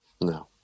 No